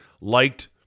liked